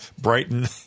Brighton